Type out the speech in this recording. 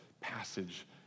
passage